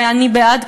ואני בעד,